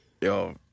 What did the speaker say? Yo